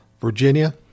Virginia